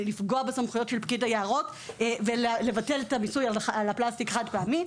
לפגוע בסמכויות פקיד היערות ולבטל את המיסוי על הפלסטיק החד-פעמי,